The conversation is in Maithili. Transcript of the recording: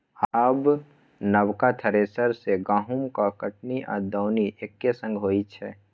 आब नबका थ्रेसर सँ गहुँमक कटनी आ दौनी एक्के संग होइ छै